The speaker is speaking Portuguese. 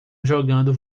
jogando